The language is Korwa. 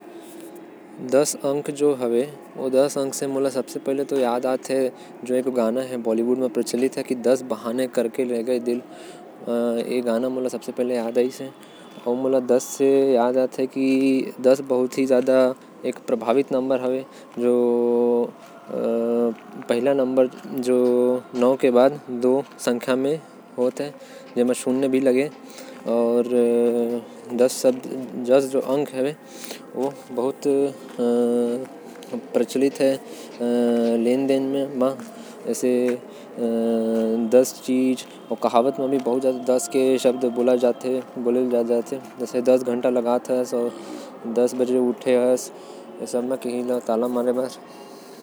दस से मोके एक ठो गाना याद आथे। दस बहाने कर के ले गयी दिल। दस हर दुई संख्या मन ले सब्बो छोटकन हवे। अउ कुछ तो संख्या दस से मोके नही याद आएल।